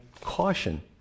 Caution